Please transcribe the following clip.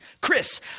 Chris